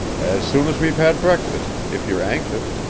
as soon as we've had breakfast if you're anxious.